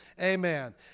Amen